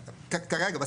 כרגע,